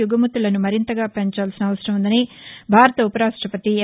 ఎగుమతులను మరింతగా పెంచాల్సిన అవసరం ఉందని భారత ఉరాష్టపతి ఎం